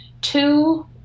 Two